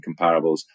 comparables